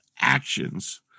actions